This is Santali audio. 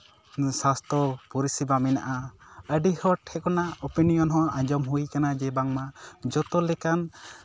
ᱥᱟᱥᱛᱷᱚ ᱯᱚᱨᱤᱥᱮᱵᱟ ᱢᱮᱱᱟᱜᱼᱟ ᱟᱹᱰᱤ ᱦᱚᱲ ᱴᱷᱮᱱ ᱠᱷᱚᱱᱟᱜ ᱳᱯᱮᱱᱤᱭᱚᱱ ᱦᱚᱸ ᱟᱸᱡᱚᱢ ᱦᱩᱭ ᱠᱟᱱᱟ ᱡᱮ ᱵᱟᱝᱢᱟ ᱡᱚᱛᱚ ᱞᱮᱠᱟᱱ